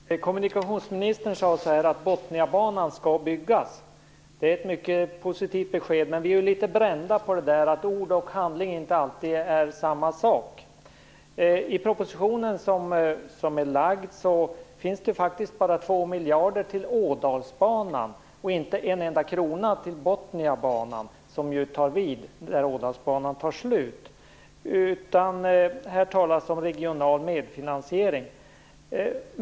Fru talman! Kommunikationsministern sade att Botniabanan skall byggas. Det är ett mycket positivt besked. Men vi är litet brända och vet att ord och handling inte alltid är samma sak. I propositionen finns det faktiskt bara 2 miljarder kronor till Ådalsbanan, och inte en enda krona till Botniabanan som ju tar vid där Ådalsbanan tar slut. Det talas i stället om regional medfinansiering.